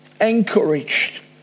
encouraged